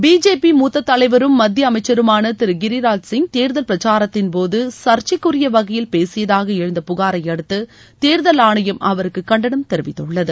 BJP மூத்த தலைவரும் மத்திய அமைச்சருமான திரு கிரிராஜ் சிங் தேர்தல் பிரச்சாரத்தின்போது சர்ச்சைக்குரிய வகையில் பேசியதாக எழுந்த புகாரை அடுத்து தேர்தல் ஆணையம் அவருக்கு கண்டனம் தெரிவித்துள்ளது